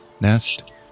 nest